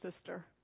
sister